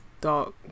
dark